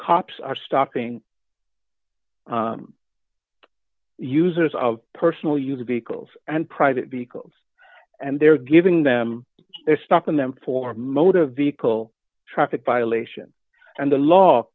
cops are starting users of personal use vehicles and private vehicles and they're giving them they're stopping them for motor vehicle traffic violation and the law